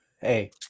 Hey